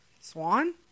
Swan